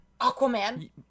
Aquaman